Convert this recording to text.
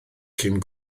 cyn